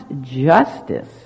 justice